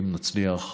אם נצליח,